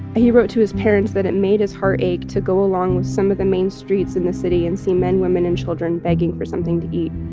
he wrote to his parents that it made his heart ache to go along with some of the main streets in the city and see men, women and children begging for something to eat.